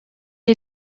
est